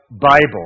Bible